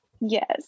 yes